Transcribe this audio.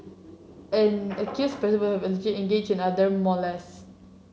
an accused person engaged in other molest